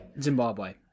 Zimbabwe